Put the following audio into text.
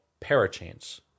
parachains